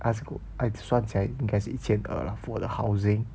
as good 算起来应该是一千二 lah for the housing